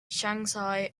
shanxi